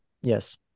Yes